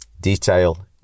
detail